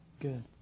Good